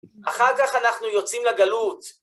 אחר כך אנחנו יוצאים לגלות.